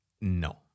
No